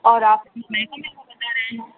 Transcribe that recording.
اور آپ مہنگا مہنگا بتا رہے ہیں